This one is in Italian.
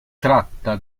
tratta